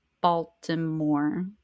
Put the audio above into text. Baltimore